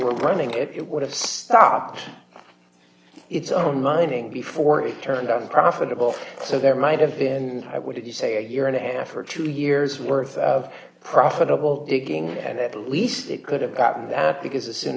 evil running it would have stopped it's on mining before he turned on profitable so there might have been i would say a year and a half or two years worth of profitable digging and at least it could have gotten that because as soon